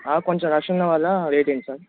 కొంచెం రష్ ఉండడం వల్ల లేటయింది సార్